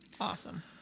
Awesome